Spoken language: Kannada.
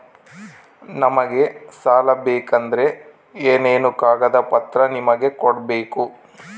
ನಮಗೆ ಸಾಲ ಬೇಕಂದ್ರೆ ಏನೇನು ಕಾಗದ ಪತ್ರ ನಿಮಗೆ ಕೊಡ್ಬೇಕು?